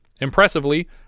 impressively